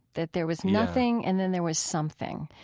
that there was nothing and then there was something.